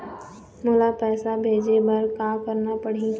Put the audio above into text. मोला पैसा भेजे बर का करना पड़ही?